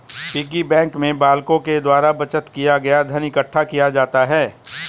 piggy bank में बालकों के द्वारा बचत किया गया धन इकट्ठा किया जाता है